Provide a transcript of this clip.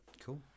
Cool